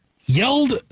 yelled